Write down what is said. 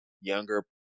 younger